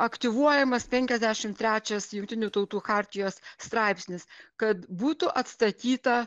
aktyvuojamas penkiasdešim trečias jungtinių tautų chartijos straipsnis kad būtų atstatyta